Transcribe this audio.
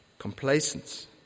Complacence